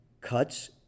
cuts